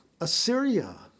Assyria